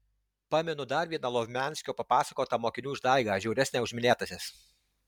pamenu dar vieną lovmianskio papasakotą mokinių išdaigą žiauresnę už minėtąsias